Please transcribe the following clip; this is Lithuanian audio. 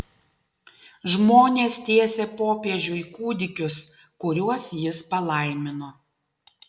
žmonės tiesė popiežiui kūdikius kuriuos jis palaimino